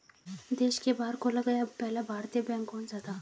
देश के बाहर खोला गया पहला भारतीय बैंक कौन सा था?